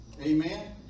Amen